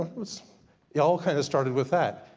ah it all kind of started with that.